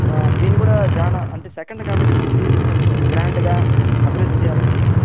దీన్ని కూడా చాలా అంటే సెకండ్ కాబట్టి కొంచెం గ్రాండ్గా అభివృద్ధి చెయ్యాలని